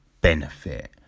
benefit